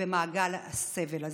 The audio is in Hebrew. ובמעגל הסבל הזה.